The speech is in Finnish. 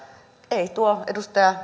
ei tuo edustaja